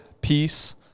peace